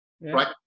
right